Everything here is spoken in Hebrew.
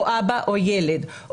או אבא או ילד,